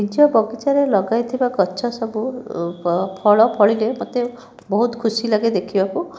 ନିଜ ବଗିଚାରେ ଲଗାଇଥିବା ଗଛ ସବୁ ଫଳ ଫଳିଲେ ମୋତେ ବହୁତ ଖୁସି ଲାଗେ ଦେଖିବାକୁ